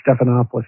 Stephanopoulos